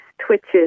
twitches